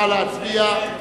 נא להצביע.